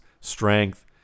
strength